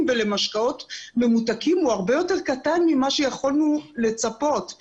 ולמשקאות ממותקים הוא הרבה יותר קטן ממה שיכולנו לצפות.